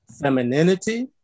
femininity